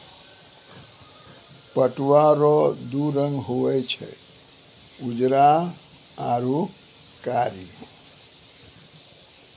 पटुआ रो दू रंग हुवे छै उजरा आरू कारी